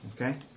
Okay